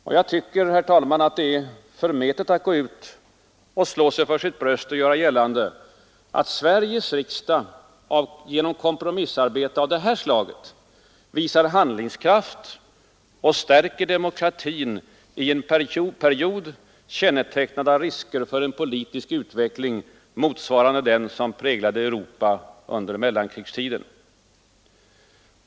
Det är förmätet, herr talman, att gå ut och slå sig för sitt bröst och göra gällande, att Sveriges riksdag genom kompromissarbete av det här slaget visar handlingskraft och stärker demokratin i en period, kännetecknad av risker för en politisk utveckling motsvarande den som präglade Europa under mellankrigstiden.